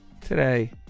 Today